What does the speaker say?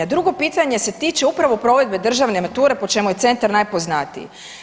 A drugo pitanje se tiče upravo provedbe državne mature po čemu je centar najpoznatiji.